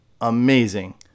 amazing